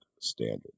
standard